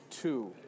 two